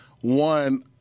One